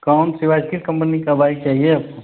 कौन सी बाइक किस कंपनी की बाइक चाहिए आपको